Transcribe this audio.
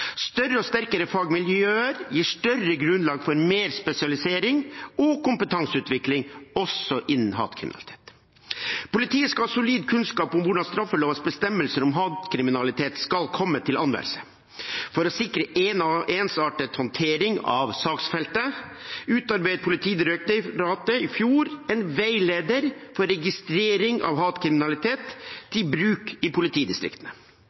Større og sterkere fagmiljøer gir større grunnlag for mer spesialisering og kompetanseutvikling også innen hatkriminalitet. Politiet skal ha solid kunnskap om hvordan straffelovens bestemmelser om hatkriminalitet skal komme til anvendelse. For å sikre ensartet håndtering av saksfeltet utarbeidet Politidirektoratet i fjor en veileder for registrering av hatkriminalitet til bruk i politidistriktene.